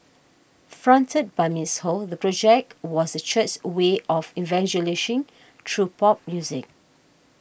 fronted by Miss Ho the project was the church's way of evangelising through pop music